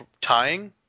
tying